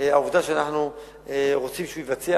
העובדה שאנחנו רוצים שהוא יבצע,